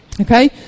Okay